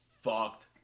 fucked